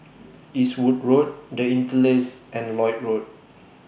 Eastwood Road The Interlace and Lloyd Road